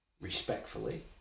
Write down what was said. respectfully